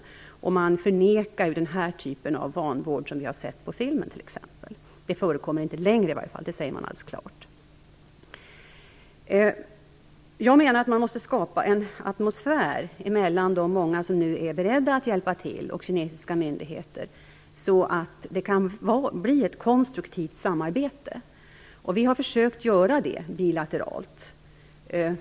Men man förnekar t.ex. den typ av vanvård som vi har sett på film. Man säger att det åtminstone inte förekommer nu längre. Det säger man klart. Jag menar att man måste skapa en atmosfär mellan de många som nu är beredda att hjälpa till och kinesiska myndigheter, så att det kan bli ett konstruktivt samarbete. Vi har försökt göra det bilateralt.